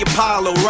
Apollo